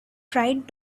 tried